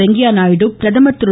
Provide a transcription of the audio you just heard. வெங்கையாநாயுடு பிரதமர் திரு